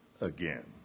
again